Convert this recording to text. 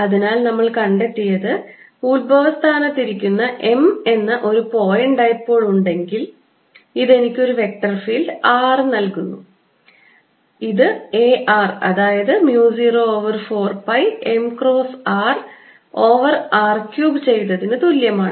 അതിനാൽ നമ്മൾ കണ്ടെത്തിയത് ഉത്ഭവസ്ഥാനത്ത് ഇരിക്കുന്ന m എന്ന ഒരു പോയിന്റ് ഡൈപോൾ ഉണ്ടെങ്കിൽ ഇത് എനിക്ക് ഒരു വെക്റ്റർ ഫീൽഡ് r നൽകുന്നു ഇത് A r അതായത് mu 0 over 4 pi m cross r over r cube ചെയ്തതിന് തുല്യമാണ്